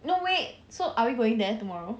no wait so are we going there tomorrow